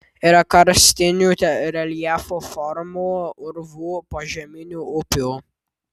yra karstinių reljefo formų urvų požeminių upių